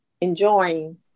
enjoying